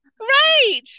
right